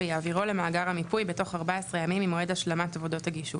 ויעבירו למאגר המיפוי בתוך 14 ימים ממועד השלמת עבודות הגישוש,